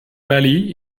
bali